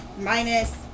Minus